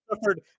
suffered